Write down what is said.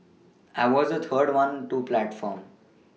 I was the third one to platform